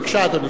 אדוני,